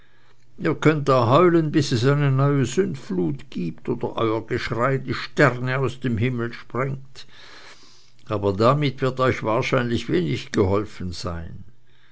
ihr könnet da heulen bis es eine neue sündflut gibt oder euer geschrei die sterne aus dem himmel sprengt aber damit wird euch wahrscheinlich wenig geholfen sein